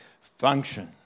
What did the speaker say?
function